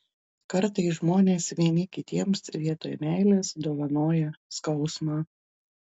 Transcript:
kartais žmonės vieni kitiems vietoj meilės dovanoja skausmą